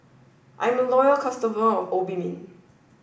I'm a loyal customer of Obimin